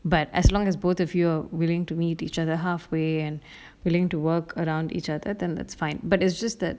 but as long as both of you are willing to meet each other halfway and willing to work around each other then that's fine but it's just that